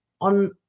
on